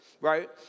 right